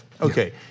okay